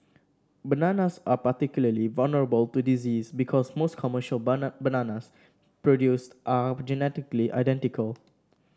bananas are particularly vulnerable to disease because most commercial bananas produced are genetically identical